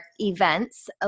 events